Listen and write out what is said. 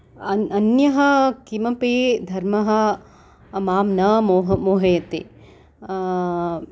अन्यः किमपि धर्मः मां न मोहयति